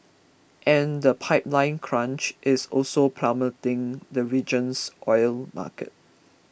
and the pipeline crunch is also pummelling the region's oil market